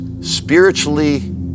spiritually